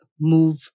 move